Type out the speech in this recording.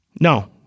No